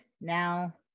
now